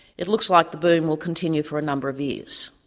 it looks like the boom will continue for a number of years.